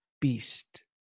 beast